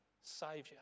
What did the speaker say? Saviour